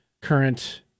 current